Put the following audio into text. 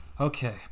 okay